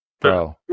bro